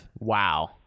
Wow